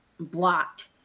blocked